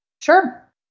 Sure